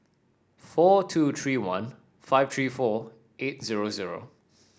four two three one five three four eight zero zero